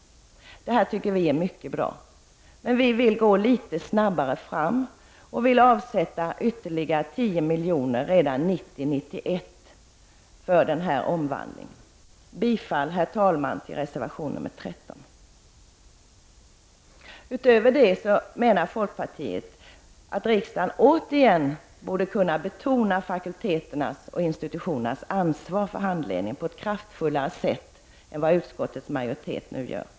Vi i folkpartiet tycker att detta är mycket bra men vi vill gå litet snabbare fram genom att avsätta ytterligare 10 miljoner redan 1990/91 för denna omvandling. Herr talman! Jag yrkar bifall till reservation nr 13. Utöver detta menar folkpartiet att riksdagen återigen borde betona fakulteters och institutioners ansvar för handledningen på ett kraftfullare sätt än vad utskottets majoritet nu gör.